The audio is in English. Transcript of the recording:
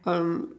um